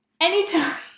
anytime